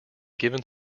given